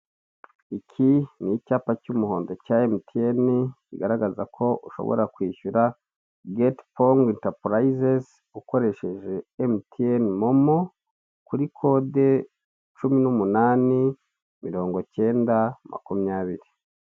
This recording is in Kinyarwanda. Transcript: Iki ni icyapa cy'umuhondo cya emutiyeni kigaragaza ko ushobora kwishyura geti pongo intapurayizezi, ukoresheje emutiyene momo, kuri kode cumi n'umunani mirongo icyenda makumyabiri.